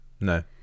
No